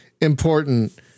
important